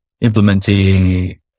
implementing